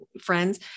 friends